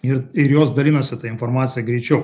ir ir jos dalinasi ta informacija greičiau